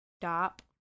stop